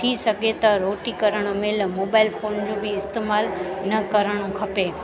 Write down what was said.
थी सघे त रोटी करणु महिल मोबाइल फोन जो बि इस्तेमालु न करणु खपे